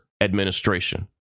administration